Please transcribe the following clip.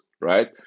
right